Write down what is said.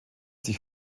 sich